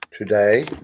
Today